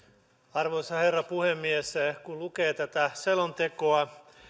arvoisa herra puhemies kun lukee tätä selontekoa